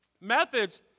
Methods